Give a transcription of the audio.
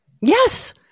Yes